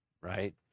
right